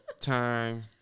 Time